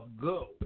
go